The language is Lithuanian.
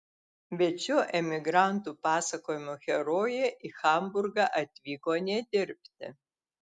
bet šio emigrantų pasakojimo herojė į hamburgą atvyko ne dirbti